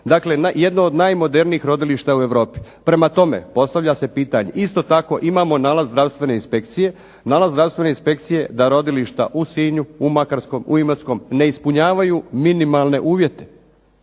Dakle jedno od najmodernijih rodilišta u Europi. Prema tome, postavlja se pitanje, isto tako imamo nalaz zdravstvene inspekcije. Nalaz zdravstvene inspekcije da rodilišta u Sinju, u Makarskoj, u Imotskom ne ispunjavanju minimalne uvjete